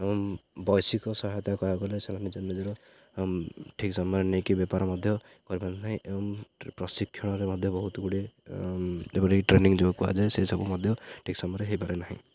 ବୈଷୟିକ ସହାୟତା କହିବାକୁ ଗଲେ ସେମାନେ ନିଜର ଠିକ୍ ସମୟରେ ନେଇକି ବେପାର ମଧ୍ୟ କରିପାର ନାହିଁ ଏବଂ ପ୍ରଶିକ୍ଷଣରେ ମଧ୍ୟ ବହୁତ ଗୁଡ଼ିଏ ଯେଭଳି ରି ଟ୍ରେନିଂ ଯେଉଁ କୁହାଯାଏ ସେସବୁ ମଧ୍ୟ ଠିକ୍ ସମୟରେ ହେଇପାରେ ନାହିଁ